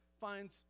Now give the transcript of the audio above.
finds